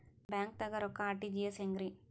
ಬ್ಯಾಂಕ್ದಾಗ ರೊಕ್ಕ ಆರ್.ಟಿ.ಜಿ.ಎಸ್ ಹೆಂಗ್ರಿ?